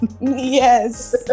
Yes